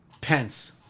Pence